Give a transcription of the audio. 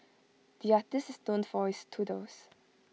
the artist is known for his doodles